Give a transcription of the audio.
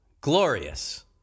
Glorious